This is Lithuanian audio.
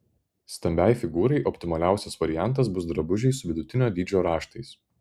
stambiai figūrai optimaliausias variantas bus drabužiai su vidutinio dydžio raštais